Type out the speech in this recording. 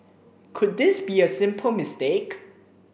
could this be a simple mistake